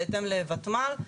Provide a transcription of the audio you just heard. בהתאם לותמ"ר.